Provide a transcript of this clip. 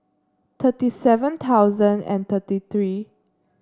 thirty seven thousand and thirty three